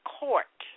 court